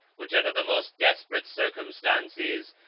which, under the most desperate circumstances,